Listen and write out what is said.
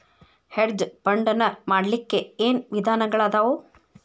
Hedge fund ನ ಮಾಡ್ಲಿಕ್ಕೆ ಏನ್ ವಿಧಾನಗಳದಾವು?